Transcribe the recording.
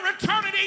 eternity